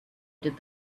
did